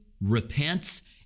repents